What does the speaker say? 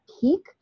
peak